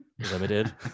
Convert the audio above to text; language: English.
limited